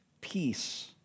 peace